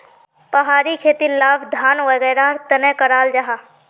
पहाड़ी खेतीर लाभ धान वागैरहर तने कराल जाहा